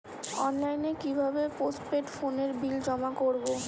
অনলাইনে কি ভাবে পোস্টপেড ফোনের বিল জমা করব?